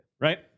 Right